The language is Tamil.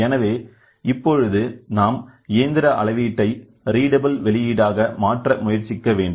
எனவே இப்பொழுது நாம் இயந்திர அளவீட்டை ரீடபில் வெளியீடாக மாற்ற முயற்சிக்க வேண்டும்